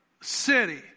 city